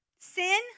sin